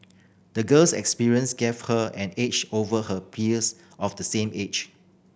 the girl's experience gave her an edge over her peers of the same age